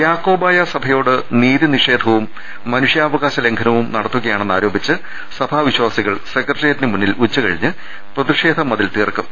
യാക്കോബായ സഭയോട് നീതി നിഷേധവും മനുഷ്യാവകാശ ലംഘനവും നടത്തുകയാണെന്നാരോപിച്ച് സഭാ വിശ്വാസികൾ സെക്ര ട്ടേറിയറ്റിന് മുന്നിൽ ഉച്ച കഴിഞ്ഞ് പ്രതിഷേധ മതിൽ തീർക്കും